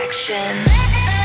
Action